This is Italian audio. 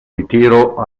ritiro